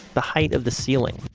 the height of the ceiling,